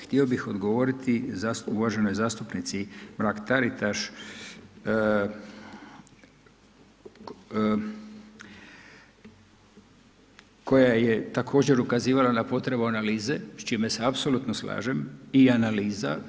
Htio bih odgovoriti uvaženoj zastupnici Mrak-Taritaš koja je također ukazivala na potrebu analize, s čime se apsolutno slažem i analiza.